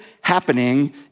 happening